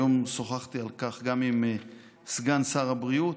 היום שוחחתי על כך גם עם סגן שר הבריאות.